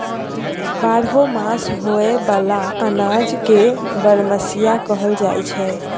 बारहो मास होए बला अनाज के बरमसिया कहल जाई छै